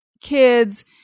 kids